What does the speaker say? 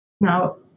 now